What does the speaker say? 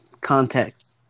context